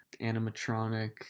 animatronic